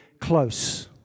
close